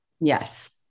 Yes